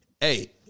Hey